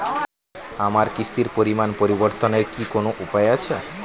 আমার কিস্তির পরিমাণ পরিবর্তনের কি কোনো উপায় আছে?